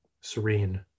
serene